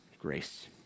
grace